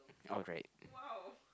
alright